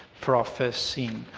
for our first scene,